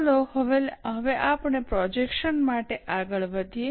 ચાલો હવે આપણે પ્રોજેક્શન માટે આગળ વધીએ